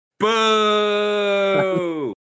Boo